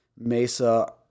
mesa